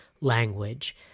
language